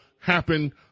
happen